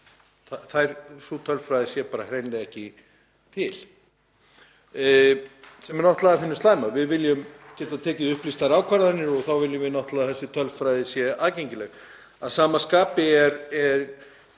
mansals, sú tölfræði er því bara hreinlega ekki til. Það er náttúrlega af hinu slæma, við viljum geta tekið upplýstar ákvarðanir og þá viljum við náttúrlega að þessi tölfræði sé aðgengileg. Að sama skapi